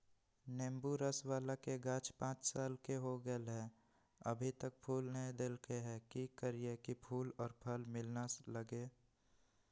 नेंबू रस बाला के गाछ पांच साल के हो गेलै हैं अभी तक फूल नय देलके है, की करियय की फूल और फल मिलना लगे?